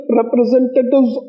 representatives